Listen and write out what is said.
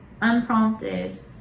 unprompted